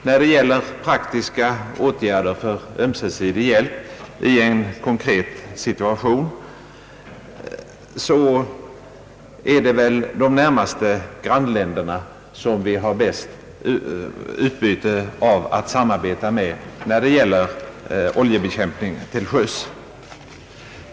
När det gäller praktiska åtgärder för ömsesidig hjälp i en konkret situation är det väl de närmaste grannländerna som vi har det bästa utbytet av att samarbeta med då det är fråga om oljebekämpning till sjöss.